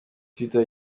twitter